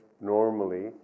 normally